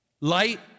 Light